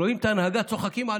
רואים את ההנהגה, צוחקים עלינו.